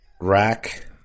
rack